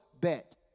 bet